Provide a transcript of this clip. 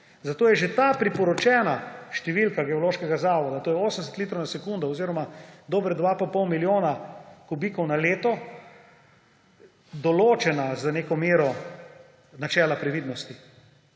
zato je že ta priporočena številka Geološkega zavoda, to je 80 litrov na sekundo oziroma dobra 2,5 milijona kubikov na leto, določena z neko mero načela previdnosti.